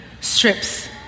strips